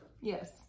Yes